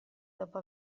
dopo